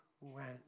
went